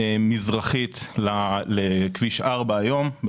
מזרחית לכביש 4 היום,